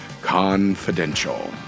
Confidential